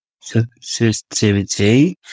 sensitivity